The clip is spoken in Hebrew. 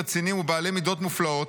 רציניים ובעלי מידות מופלאות,